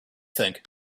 think